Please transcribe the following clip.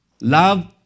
Love